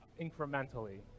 incrementally